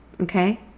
Okay